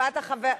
משפט אחרון.